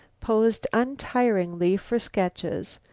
posed untiringly for sketches.